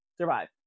survive